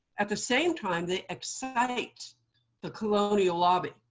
at the same time, they excite the colonial lobby.